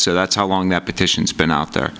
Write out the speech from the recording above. so that's how long that petitions been out there